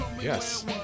Yes